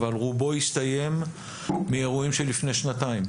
אבל רובו הסתיים מאירועים מלפני שנתיים.